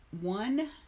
one